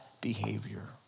behavior